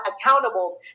accountable